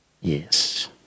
Yes